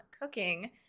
Cooking